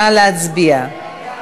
נא להצביע.